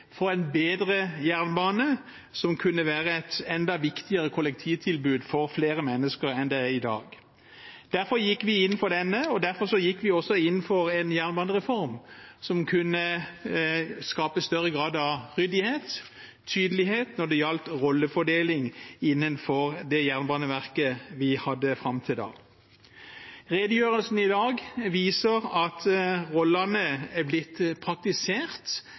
få en bedre jernbane, som kunne være et enda viktigere kollektivtilbud for flere mennesker enn det er i dag. Derfor gikk vi inn for dette, og derfor gikk vi også inn for en jernbanereform som kunne skape større grad av ryddighet og tydelighet når det gjaldt rollefordeling innenfor det jernbaneverket vi hadde hatt fram til da. Redegjørelsen i dag viser at rollene er blitt praktisert